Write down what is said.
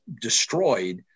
destroyed